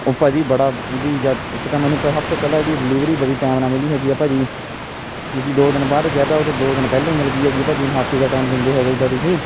ਉਹ ਭਾਅ ਜੀ ਬੜਾ ਉਹਦੀ ਜਦ ਇੱਕ ਤਾਂ ਮੈਨੂੰ ਪਹਿ ਸਭ ਤੋਂ ਪਹਿਲਾਂ ਉਹਦੀ ਡਿਲੀਵਰੀ ਬੜੀ ਟਾਈਮ ਨਾਲ ਮਿਲੀ ਹੈਗੀ ਹੈ ਭਾਅ ਜੀ ਤੁਸੀਂ ਦੋ ਦਿਨ ਬਾਅਦ ਕਿਹਾ ਤਾ ਉਹ ਦੋ ਦਿਨ ਪਹਿਲਾਂ ਹੀ ਮਿਲ ਗਈ ਹੈਗੀ ਹੈ ਭਾਅ ਜੀ ਮੈਨੂੰ ਹਫ਼ਤੇ ਦਾ ਟਾਈਮ ਦਿੰਦੇ ਹੈਗੇ ਜਿੱਦਾਂ ਤੁਸੀਂ